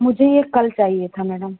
मुझे ये कल चाहिए था मैडम